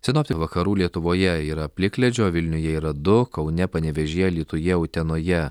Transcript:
sinopti vakarų lietuvoje yra plikledžio vilniuje yra du kaune panevėžyje alytuje utenoje